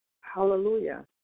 Hallelujah